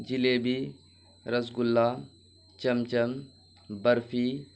jalebi rasgulla cham cham barfi